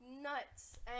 nuts